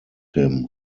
him